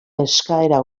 eskaera